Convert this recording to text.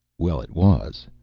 well it was.